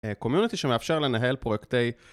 קומיוניטי שמאפשר לנהל פרויקטי